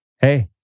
Hey